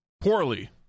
poorly